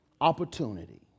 opportunity